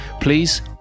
Please